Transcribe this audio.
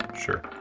Sure